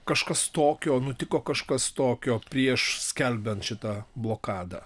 kažkas tokio nutiko kažkas tokio prieš skelbiant šitą blokadą